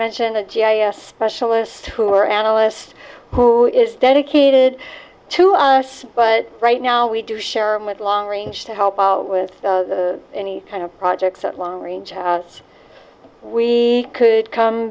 mentioned a g i specialist who are analysts who is dedicated to us but right now we do share with long range to help out with the any kind of projects that long range has we could come